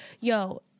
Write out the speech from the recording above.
yo